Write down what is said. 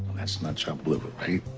that's not chopped liver, right?